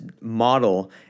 model